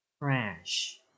Crash